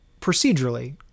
procedurally